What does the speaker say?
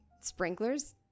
sprinklers